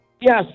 Yes